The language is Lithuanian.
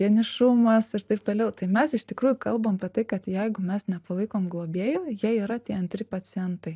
vienišumas ir taip toliau tai mes iš tikrųjų kalbam apie tai kad jeigu mes nepalaikom globėjų jie yra tie antri pacientai